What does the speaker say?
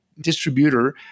distributor